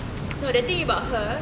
no the thing about her